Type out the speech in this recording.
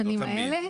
בזמנו,